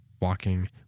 Walking